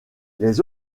les